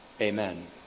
Amen